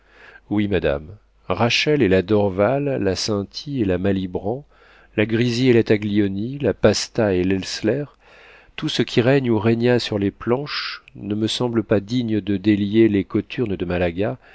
oui madame rachel et la dorval la cinti et la malibran la grisi et la taglioni la pasta et l'essler tout ce qui règne ou régna sur les planches ne me semble pas digne de délier les cothurnes de malaga